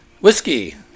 Whiskey